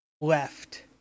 left